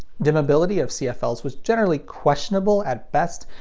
dimmability of cfls was generally questionable at best,